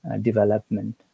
development